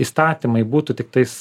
įstatymai būtų tiktais